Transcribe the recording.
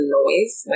noise